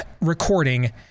recording